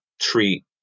treat